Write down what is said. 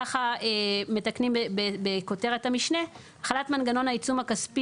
וגם ככה מתקנים בכותרת המשנה "החלת מנגנון העיצום הכספי